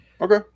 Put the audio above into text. Okay